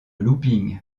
looping